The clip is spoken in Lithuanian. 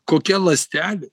kokia ląstelė